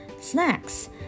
snacks